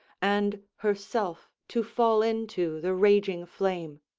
and herself to fall into the raging flame.